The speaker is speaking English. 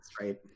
right